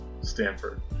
Stanford